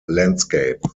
landscape